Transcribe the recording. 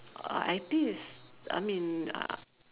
uh I_P it's I mean uh